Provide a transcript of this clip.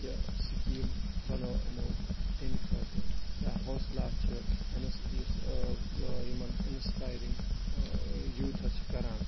یہِ سِکیٖم بنٲو یِمو تَمہِ خٲطرٕ یا ہوصلا چھِ اِنس یُس یِمن اِنسپایرِنٛگ یوٗتھس چھِ کَران